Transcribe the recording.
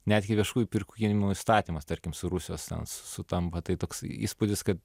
netgi viešųjų pirkimų įstatymas tarkim su rusijos ten sutampa tai toks įspūdis kad